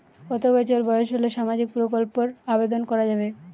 কত বছর বয়স হলে সামাজিক প্রকল্পর আবেদন করযাবে?